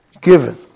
given